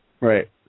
Right